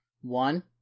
One